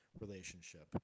relationship